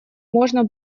можно